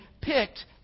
picked